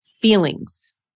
feelings